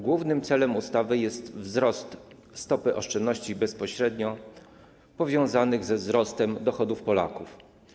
Głównym celem ustawy jest wzrost stopy oszczędności bezpośrednio powiązanych ze wzrostem dochodów Polaków.